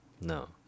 no